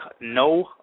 no